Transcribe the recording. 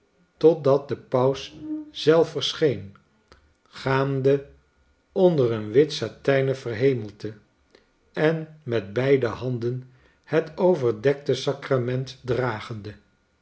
totdat de pauszelf verscheen gaande onder een wit satijnen verhemelte en met beide handen het overdekte sacrament dragende